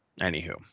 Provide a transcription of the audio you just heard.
anywho